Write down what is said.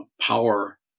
power